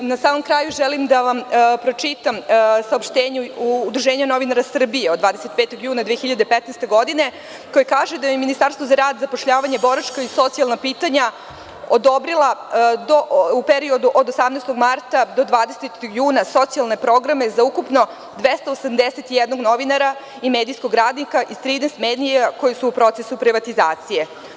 Na samom kraju, želim da vam pročitam saopštenje Udruženja novinara Srbije od 25. juna 2015. godine, koje kaže da je Ministarstvo za rad, zapošljavanje, boračka i socijalna pitanja odobrilo u periodu od 18. marta do 20. juna socijalne programe za ukupno 281 novinara i medijskog radnika iz 30 medija koji su u procesu privatizacije.